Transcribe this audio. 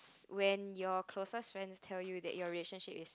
when your closest friends tell you that your relationship is